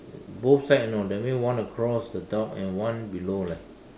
both side you know that means one across the dog and one below leh